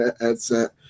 headset